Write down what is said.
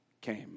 came